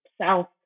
South